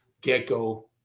gecko